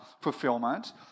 fulfillment